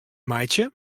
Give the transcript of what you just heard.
meitsje